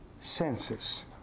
senses